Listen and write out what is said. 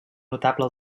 notable